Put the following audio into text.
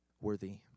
worthy